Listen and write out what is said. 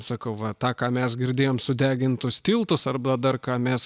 sakau va tą ką mes girdėjom sudegintus tiltus arba dar ką mes